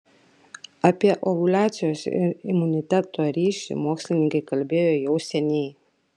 apie ovuliacijos ir imuniteto ryšį mokslininkai kalbėjo jau seniai